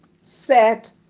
set